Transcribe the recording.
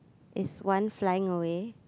is one flying away